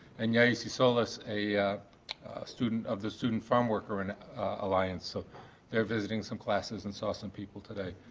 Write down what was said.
and yaissy solis a student of the student farmworker and alliance. so they're visiting some classes and saw some people today.